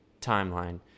timeline